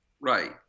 Right